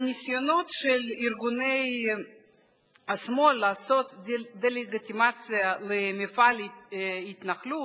הניסיונות של ארגוני השמאל לעשות דה-לגיטימציה למפעל ההתנחלות,